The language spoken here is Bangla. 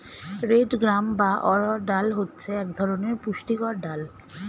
রেড গ্রাম বা অড়হর ডাল হচ্ছে এক ধরনের পুষ্টিকর ডাল